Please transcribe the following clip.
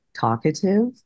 talkative